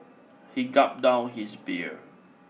he gulped down his beer